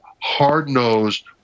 hard-nosed